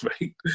right